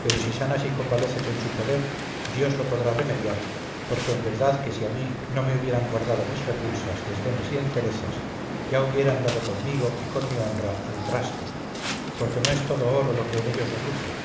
pero si sanas y convaleces en su poder dios lo podrá remediar porque en verdad que si a mí no me hubieran guardado mis repulsas desdenes y enterezas ya hubieran dado conmigo y con mi honra al traste porque no es todo oro lo que en ellos reluce